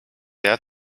der